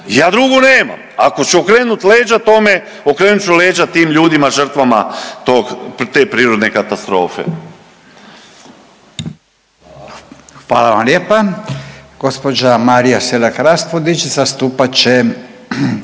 Ja drugo nemam. Ako ću okrenuti leđa tome, okrenut ću leđa tim ljudima, žrtvama te prirodne katastrofe. **Radin, Furio (Nezavisni)** Hvala vam lijepa. Gospođa Marija Selak Raspudić zastupat će